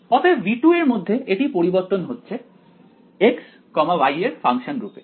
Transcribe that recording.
অতএব V2 এর মধ্যে এটি পরিবর্তন হচ্ছে x y এর ফাংশন রূপে